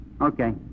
Okay